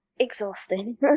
Exhausting